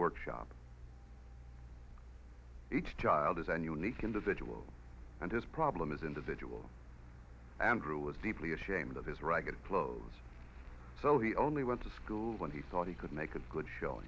workshop each child is an unique individual and his problem is individual andrew was deeply ashamed of his ragged clothes so he only went to school when he thought he could make a good sh